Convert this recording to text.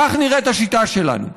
כך נראית השיטה שלנו.